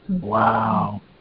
wow